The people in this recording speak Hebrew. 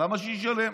למה שישלם?